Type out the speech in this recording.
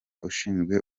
ushinzwe